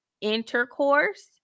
intercourse